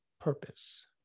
purpose